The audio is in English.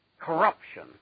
corruption